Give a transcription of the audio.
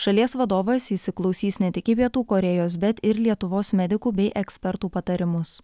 šalies vadovas įsiklausys ne tik į pietų korėjos bet ir lietuvos medikų bei ekspertų patarimus